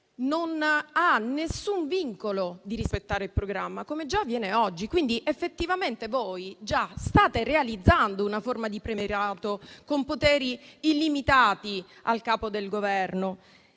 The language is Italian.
non avrà alcun vincolo di rispettare il programma, come già avviene oggi. Quindi effettivamente voi state già realizzando una forma di premierato con poteri illimitati al Capo del Governo.